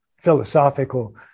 philosophical